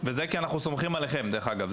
וזה בגלל שאנחנו סומכים עליכם, דרך אגב.